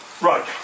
Right